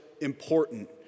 important